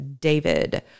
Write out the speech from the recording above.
David